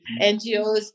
NGOs